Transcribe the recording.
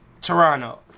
Toronto